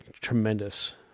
tremendous